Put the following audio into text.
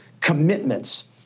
commitments –